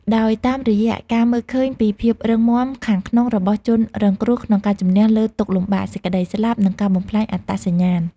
ដោយតាមរយៈការមើលឃើញពីភាពរឹងមាំខាងក្នុងរបស់ជនរងគ្រោះក្នុងការជម្នះលើទុក្ខលំបាក សេចក្ដីស្លាប់ និងការបំផ្លាញអត្តសញ្ញាណ។